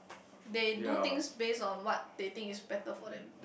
they do things based on what they think is better for them